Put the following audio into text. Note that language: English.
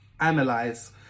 analyze